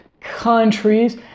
countries